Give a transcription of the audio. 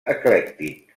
eclèctic